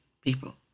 people